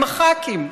עם הח"כים,